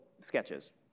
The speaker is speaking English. sketches